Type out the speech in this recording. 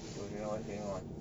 don't know what's going on